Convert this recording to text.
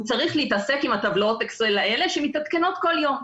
צריך להתעסק עם טבלאות האקסל האלה שמתעדכנות כל יום.